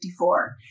1954